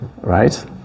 Right